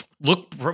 Look